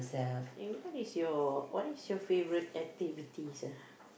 and what is your what is your favourite activities ah